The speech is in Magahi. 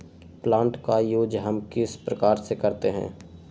प्लांट का यूज हम किस प्रकार से करते हैं?